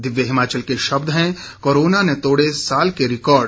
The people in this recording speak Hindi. दिव्य हिमाचल के शब्द हैं कोरोना ने तोड़े साल के रिकार्ड